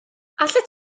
allet